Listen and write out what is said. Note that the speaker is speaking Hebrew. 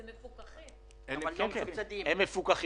הם מפוקחים,